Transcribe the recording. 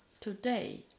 today